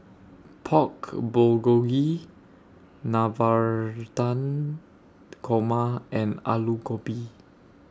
Pork Bulgogi Navratan Korma and Alu Gobi